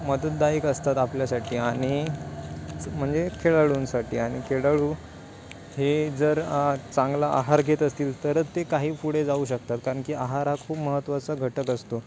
मदतदायिक असतात आपल्यासाठी आणि म्हणजे खेळाडूंसाठी आणि खेळाळु हे जर चांगलं आहार घेत असतील तर ते काही फुढे जाऊ शकतात कारण की आहार हा खूप महत्वाचा घटक असतो